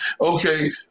okay